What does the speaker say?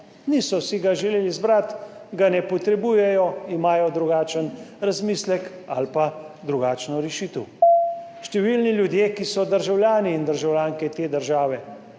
Niso si ga želeli izbrati, ga ne potrebujejo, imajo drugačen razmislek ali pa drugačno rešitev. Številni ljudje, ki so državljani in državljanke te države